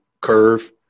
curve